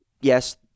yes